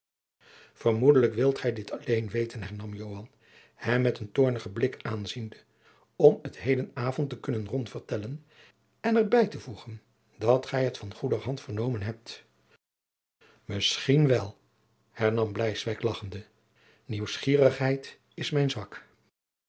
vermoedelijk wilt gij dit alleen weten hernam joan hem met een toornigen blik aanziende om het heden avond te kunnen rondvertellen en er bij te voegen dat gij het van goederhand vernomen hebt misschien wel hernam bleiswyk lagchende nieuwsgierigheid is mijn zwak